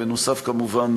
נוסף כמובן